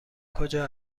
کجا